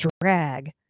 drag